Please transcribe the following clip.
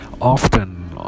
often